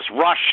rush